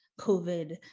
COVID